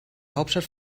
hauptstadt